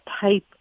type